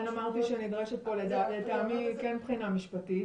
אמרתי שנדרשת פה לטעמי כן בחינה משפטית,